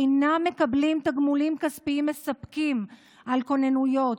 אינם מקבלים תגמולים כספיים מספקים על כוננויות,